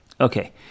Okay